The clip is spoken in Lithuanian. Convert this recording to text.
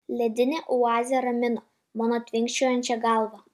ledinė oazė ramino mano tvinkčiojančią galvą